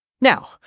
Now